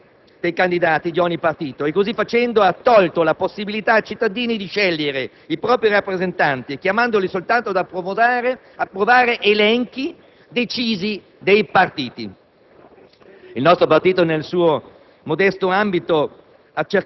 La normativa attualmente in vigore prevede liste bloccate dei candidati di ogni partito e, così facendo, ha tolto la possibilità ai cittadini di scegliere i propri rappresentanti, chiamandoli solo ad approvare elenchi decisi dai partiti.